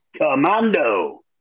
Commando